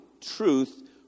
truth